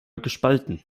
gespalten